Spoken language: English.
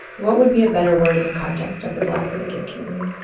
what would be a better word in the context of the black or the gay community?